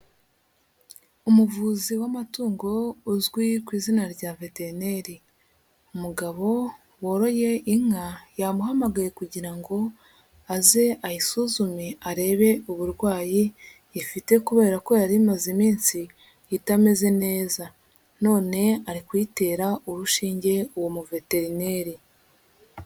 Umuvuzi w'amatungo uzwi ku izina rya veterineri, umugabo woroye inka yamuhamagaye kugira ngo aze ayisuzume arebe uburwayi ifite kubera ko yari imaze iminsi itameze neza none ari kuyitera urushinge uwo muveterineri.